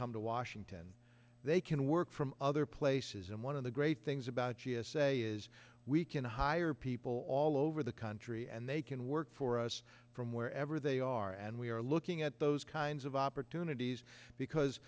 come to washington they can work from other places and one of the great things about g s a is we can hire people all over the country and they can work for us from wherever they are and we are looking at those kinds of opportunities because